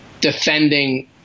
defending